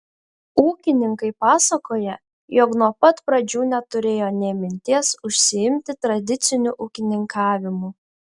ūkininkai pasakoja jog nuo pat pradžių neturėjo nė minties užsiimti tradiciniu ūkininkavimu